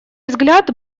взгляд